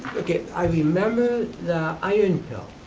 okay, i remember the iron pill,